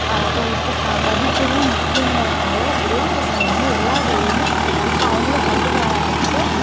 அப்போது இப்போது படிப்பு தான் முக்கியோங்கறதுனால எல்லா பசங்களுமே எல்லா வேலையுமே இப்போ அவங்களும் கற்றுக்க ஆரம்பித்து